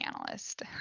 analyst